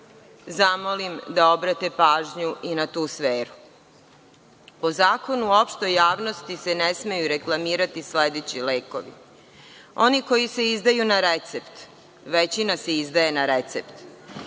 zamolim da obrate pažnju i na tu sferu. Po zakonu u opštoj javnosti se ne smeju reklamirati sledeći lekovi: oni koji se izdaju na recept, većina se izdaje na recept,